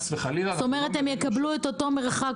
הם יקבלו את אותו מרחק,